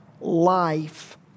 life